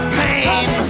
pain